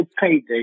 payday